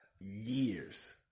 years